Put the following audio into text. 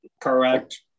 correct